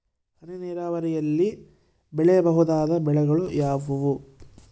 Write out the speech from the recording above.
ಹನಿ ನೇರಾವರಿಯಲ್ಲಿ ಬೆಳೆಯಬಹುದಾದ ಬೆಳೆಗಳು ಯಾವುವು?